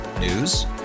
News